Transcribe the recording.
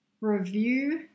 review